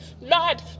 Lord